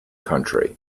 country